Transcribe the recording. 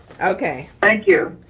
okay. thank you.